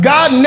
God